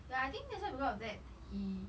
ya I think that's why because of that he